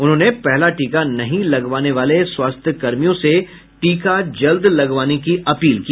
उन्होंने पहला टीका नहीं लगवाने वाले स्वास्थ्यकर्मियों से टीका जल्द लगवाने की अपील की